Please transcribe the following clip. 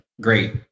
great